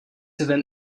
event